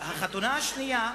החתונה השנייה,